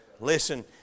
Listen